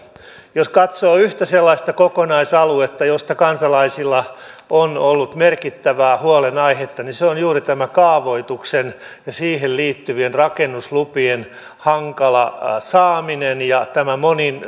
jos katsoo yhtä sellaista kokonaisaluetta josta kansalaisilla on ollut merkittävää huolenaihetta niin se on juuri tämä kaavoituksen ja siihen liittyvien rakennuslupien hankala saaminen ja tämä